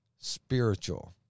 spiritual